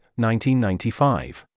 1995